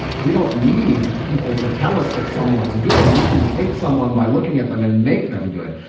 we don't need people to tell us that someone's good. we can take someone by looking at them and make them good.